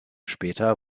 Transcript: später